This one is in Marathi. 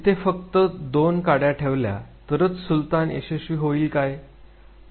तिथे फक्त दोन काड्या ठेवल्या तरच सुलतान यशस्वी होईल काय